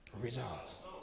Results